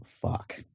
fuck